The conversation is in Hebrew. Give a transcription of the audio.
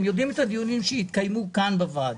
הם יודעים את הדיונים שהתקיימו כאן בוועדה,